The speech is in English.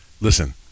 Listen